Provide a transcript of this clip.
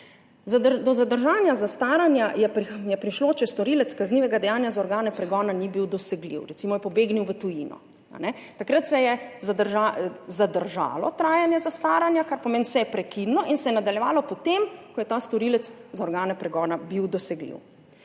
Do zadržanja zastaranja je prišlo, če storilec kaznivega dejanja za organe pregona ni bil dosegljiv, recimo je pobegnil v tujino. Takrat se je zadržalo trajanje zastaranja, kar pomeni, se je prekinilo in se je nadaljevalo, potem ko je ta storilec za organe pregona bil dosegljiv.